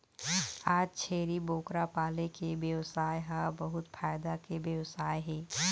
आज छेरी बोकरा पाले के बेवसाय ह बहुत फायदा के बेवसाय हे